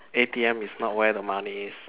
A_T_M is not where the money is